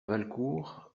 valcourt